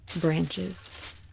branches